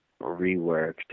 reworked